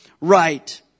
right